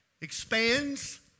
expands